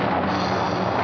oh